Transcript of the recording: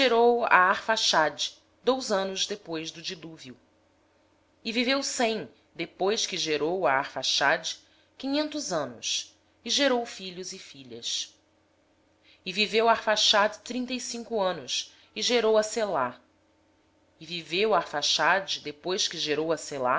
a arfaxade dois anos depois do dilúvio e viveu sem depois que gerou a arfaxade quinhentos anos e gerou filhos e filhas arfaxade viveu trinta e cinco anos e gerou a selá viveu arfaxade depois que gerou